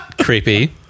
creepy